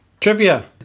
Trivia